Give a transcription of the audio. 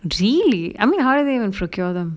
really I mean how do they even procure them